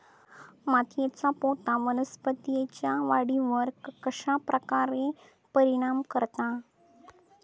मातीएचा पोत वनस्पतींएच्या वाढीवर कश्या प्रकारे परिणाम करता?